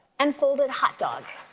and fold a hot dog.